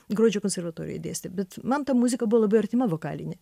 gruodžio konservatorijoj dėstė bet man ta muzika buvo labai artima vokalinė